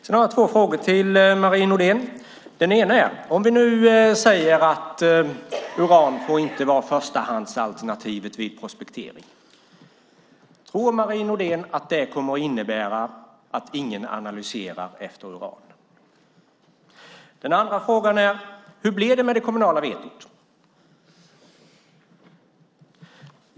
Jag har två frågor till Marie Nordén. För det första: Om vi nu säger att uran inte får vara förstahandsalternativet vid prospektering, tror Marie Nordén att det kommer att innebära att ingen söker efter uran? För det andra: Hur blir det med det kommunala vetot?